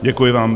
Děkuji vám.